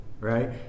right